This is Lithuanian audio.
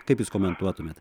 kaip jūs komentuotumėt